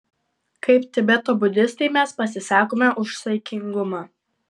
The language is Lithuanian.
kaip tibeto budistai mes pasisakome už saikingumą